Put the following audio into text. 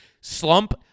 slump